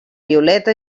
violeta